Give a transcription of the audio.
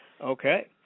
Okay